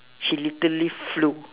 she literally flew